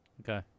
Okay